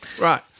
Right